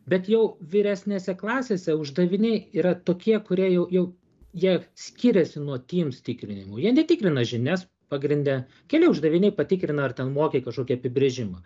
bet jau vyresnėse klasėse uždaviniai yra tokie kurie jau jau jie skiriasi nuo tims tikrinimo jie netikrina žinias pagrinde keli uždaviniai patikrina ar ten moki kažkokį apibrėžimą